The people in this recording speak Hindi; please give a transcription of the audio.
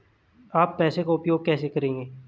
आप पैसे का उपयोग कैसे करेंगे?